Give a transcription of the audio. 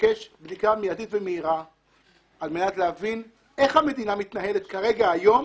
ולבקש בדיקה מיידית ומהירה על מנת להבין איך המדינה מתנהלת כיום